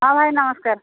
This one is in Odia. ହଁ ଭାଇ ନମସ୍କାର